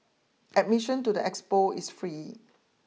admission to the expo is free